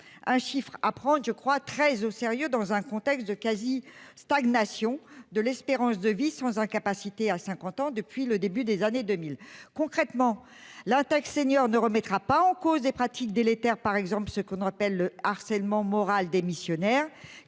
Un chiffre à prendre je crois très au sérieux, dans un contexte de quasi-stagnation de l'espérance de vie sans incapacité à 50 ans depuis le début des années 2000. Concrètement, la taxe seniors ne remettra pas en cause des pratiques délétères par exemple ce qu'on appelle le harcèlement moral démissionnaire